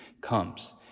comes